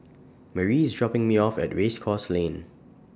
Marie IS dropping Me off At Race Course Lane